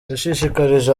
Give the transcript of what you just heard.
yashishikarije